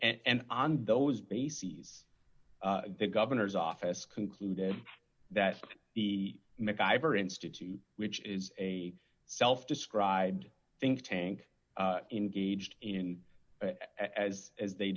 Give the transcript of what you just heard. and on those bases the governor's office concluded that the macgyver institute which is a self described think tank engaged in as as they